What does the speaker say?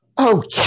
Okay